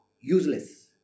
useless